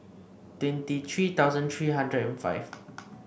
twenty three thousand three hundred and five